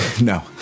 No